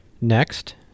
Next